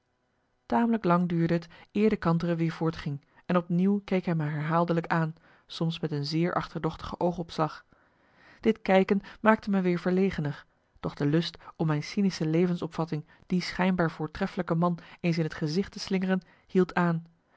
tamelijk lang duurde t eer de kantere weer voortging en op nieuw keek hij me herhaaldelijk aan soms met een zeer achterdochtige oogopslag dit kijken maakte me weer verlegener doch de lust om mijn cynische levensopvatting die schijnbaar voortreffelijke man eens in het gezicht te slingeren hield aan